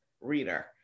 reader